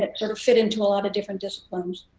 it sort of fit into a lot of different disciplines.